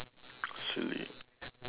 silly